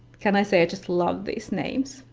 can i say i just love these names?